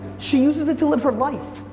she uses it to live her life.